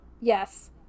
Yes